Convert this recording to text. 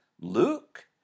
Luke